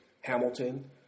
Hamilton